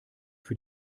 für